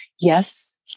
Yes